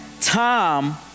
Tom